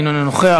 אינו נוכח,